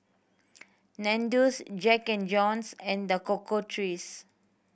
Nandos Jack and Jones and The Cocoa Trees